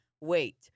Wait